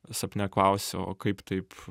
sapne klausiu o kaip taip